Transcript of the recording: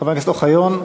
חבר הכנסת אוחיון?